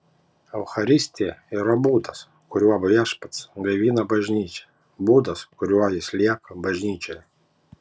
eucharistija yra būdas kuriuo viešpats gaivina bažnyčią būdas kuriuo jis lieka bažnyčioje